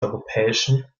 europäischen